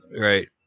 Right